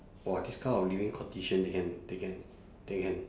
!wah! this kind of living condition they can they can they can